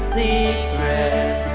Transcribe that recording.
secret